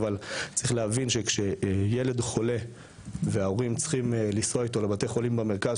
אבל צריך להבין שכשילד חולה וההורים צריכים לנסוע אתו לבתי חולים במרכז,